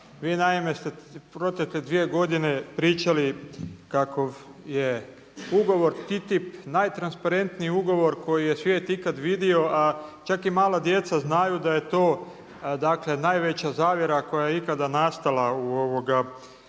Vi naime ste protekle dvije godine pričali kako je ugovor TTIP najtransparentniji ugovor koji je svije ikada vidio, a čak i mala djeca znaju da je to najveća zavjera koja je ikada nastala u povijesti